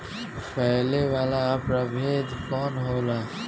फैले वाला प्रभेद कौन होला?